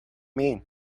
mean